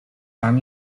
tam